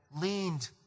leaned